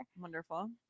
Wonderful